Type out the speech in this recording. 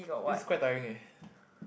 this quite tiring eh